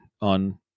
on